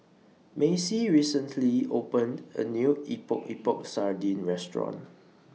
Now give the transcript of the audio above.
Macie recently opened A New Epok Epok Sardin Restaurant